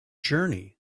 journey